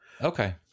Okay